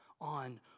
on